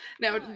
now